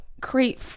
create